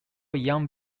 young